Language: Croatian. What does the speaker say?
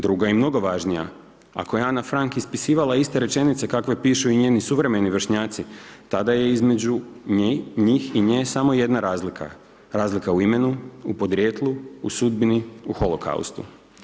Druga i mnogo važnija ako je Ana Frank ispisivala iste rečenice, kakve pišu i njeni suvremeni vršnjaci, tada je između njih i nje samo jedna razlika, razlika u imenu, u porijeklu, u sudbini, u holokaustu.